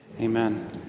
Amen